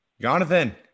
Jonathan